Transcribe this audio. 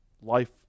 Life